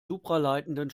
supraleitenden